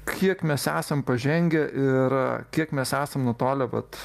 kiek mes esam pažengę ir kiek mes esam nutolę vat